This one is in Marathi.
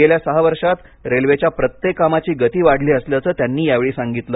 गेल्या सहा वर्षात रेल्वेच्या प्रत्येक कामाची गती वाढली असल्याचं त्यांनी यावेळी सांगितलं